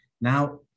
Now